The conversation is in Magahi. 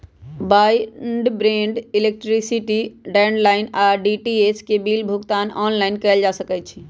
ब्रॉडबैंड, इलेक्ट्रिसिटी, लैंडलाइन आऽ डी.टी.एच बिल के भुगतान ऑनलाइन कएल जा सकइ छै